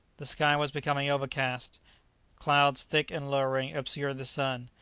the sky was becoming overcast clouds, thick and lowering, obscured the sun,